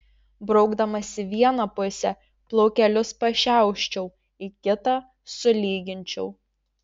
braukdamas į vieną pusę plaukelius pašiauščiau į kitą sulyginčiau